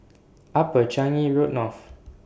Upper Changi Road North